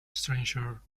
stranger